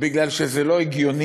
כי זה לא הגיוני.